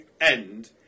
end